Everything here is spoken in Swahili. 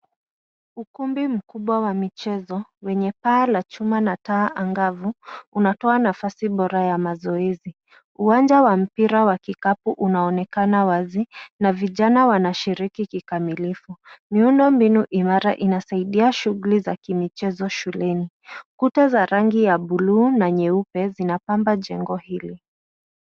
Ukumbi mkubwa wa michezo wenye paa la chuma na taa maglavu, unatoa nafasi bora ya mazoezi. Uwanja wa mpira wa kikapu unaonekana wazi na vijana wanashiriki kikamilifu. Miundo mbinu imara inasaidia shughuli za kimichezo shuleni. Kuta za rangi ya bluu na nyeupe zinapamba jengo hili.